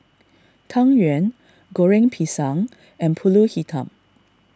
Tang Yuen Goreng Pisang and Pulut Hitam